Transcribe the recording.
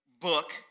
book